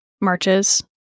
marches